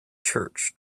church